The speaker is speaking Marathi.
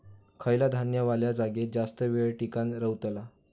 खयला धान्य वल्या जागेत जास्त येळ टिकान रवतला?